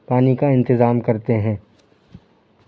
پانی کا انتظام کرتے ہیں